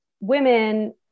Women